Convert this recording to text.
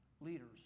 leaders